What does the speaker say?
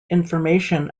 information